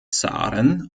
zaren